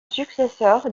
successeur